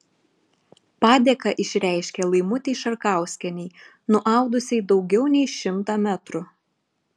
padėką išreiškė laimutei šarkauskienei nuaudusiai daugiau nei šimtą metrų